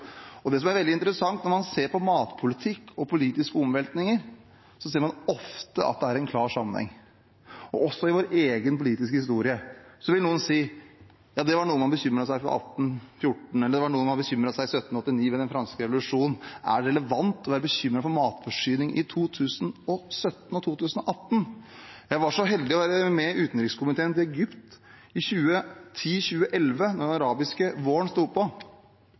Det som er veldig interessant når man ser på matpolitikk og politiske omveltninger, er at det ofte er en klar sammenheng, også i vår egen politiske historie. Så vil noen si: Ja, det var noe man bekymret seg for i 1814, eller det var noe man bekymret seg for i 1789 under den franske revolusjonen. Men er det relevant å være bekymret for matforsyningen i 2017 og 2018? Jeg var så heldig å få være med utenrikskomiteen til Egypt i 2010–2011, da den arabiske våren sto på.